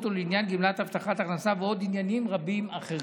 ולעניין גמלת הבטחת הכנסה ועוד עניינים רבים אחרים.